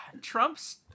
trump's